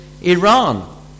Iran